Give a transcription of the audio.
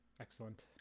Excellent